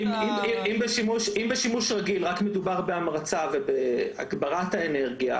אם בשימוש רגיל רק מדובר בהמרצה ובהגברת האנרגיה,